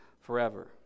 forever